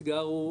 האתגר הוא,